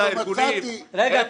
אבל מצאתי --- רגע,